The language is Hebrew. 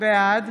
בעד